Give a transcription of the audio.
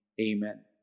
Amen